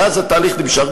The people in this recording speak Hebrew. ואז התהליך נמשך.